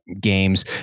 games